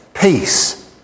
peace